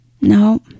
no